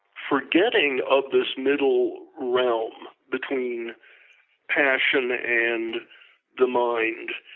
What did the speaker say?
forgetting of this middle realm between passion and the mind.